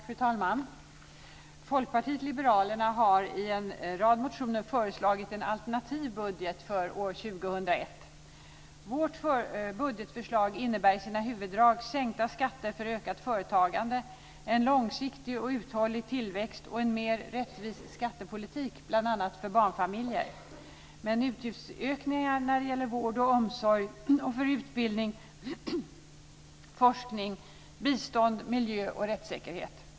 Fru talman! Folkpartiet liberalerna har i en rad motioner föreslagit en alternativ budget för år 2001. Vårt budgetförslag innebär i sina huvuddrag sänkta skatter för ökat företagande, en långsiktig och uthållig tillväxt och en mer rättvis skattepolitik för bl.a. barnfamiljer. Det innebär också utgiftsökningar när det gäller vård och omsorg, utbildning, forskning, bistånd, miljö och rättssäkerhet.